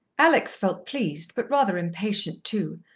alex felt pleased, but rather impatient too,